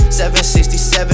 767